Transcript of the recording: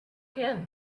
again